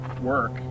work